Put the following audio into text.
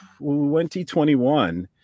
2021